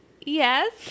Yes